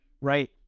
right